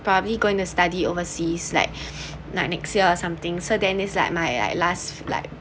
probably going to study overseas like next year or something so then is like my last like